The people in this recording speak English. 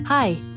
Hi